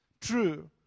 true